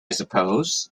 suppose